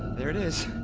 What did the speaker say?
there it is